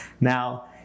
Now